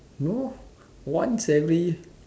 no once every